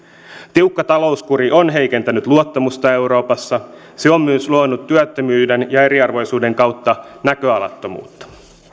tiukka talouskuri on heikentänyt luottamusta euroopassa se on myös luonut työttömyyden ja eriarvoisuuden kautta näköalattomuutta